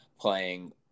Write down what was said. playing